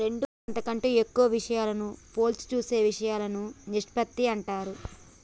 రెండు అంతకంటే ఎక్కువ విషయాలను పోల్చి చూపే ఇషయాలను నిష్పత్తి అంటారు